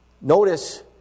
notice